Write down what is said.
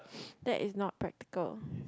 that is not practical